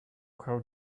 how